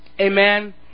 Amen